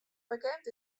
bekend